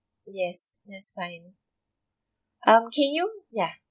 yes that's fine um can you ya